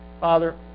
Father